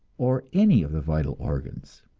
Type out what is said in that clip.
or any of the vital organs.